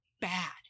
bad